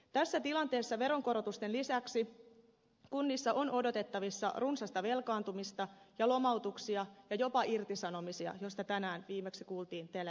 tässä tilanteessa veronkorotusten lisäksi kunnissa on odotettavissa runsasta velkaantumista ja lomautuksia ja jopa irtisanomisia joista viimeksi tänään kuultiin televisiossa